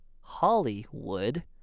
Hollywood